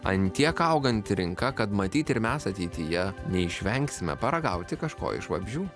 ant tiek auganti rinka kad matyt ir mes ateityje neišvengsime paragauti kažko iš vabzdžių